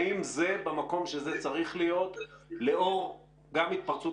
האם זה במקום שזה צריך להיות לאור גם התפרצות